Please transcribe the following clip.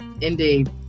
Indeed